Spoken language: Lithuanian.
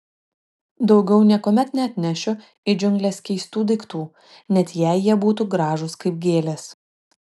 daugiau niekuomet neatnešiu į džiungles keistų daiktų net jei jie būtų gražūs kaip gėlės